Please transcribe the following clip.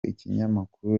ikinyamakuru